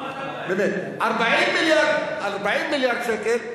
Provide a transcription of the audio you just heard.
40 מיליארד שקל,